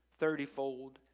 thirtyfold